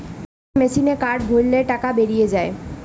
ATM মেসিনে card ভরলে টাকা বেরিয়ে যায়